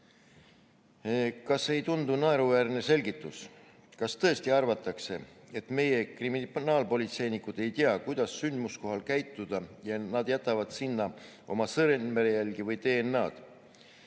see ei tundu naeruväärse selgitusena? Kas tõesti arvatakse, et meie kriminaalpolitseinikud ei tea, kuidas sündmuskohal käituda, ja nad jätavad sinna oma sõrmejälgi või DNA‑d?